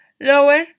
Lower